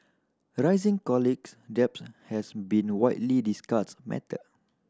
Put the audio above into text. rising colleges debts has been widely discussed matter